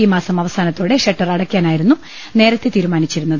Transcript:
ഈ മാസം അവസാനത്തോടെ ഷട്ടർ അടയ്ക്കാനായിരുന്നു നേരത്തെ തീരുമാനിച്ചിരുന്നത്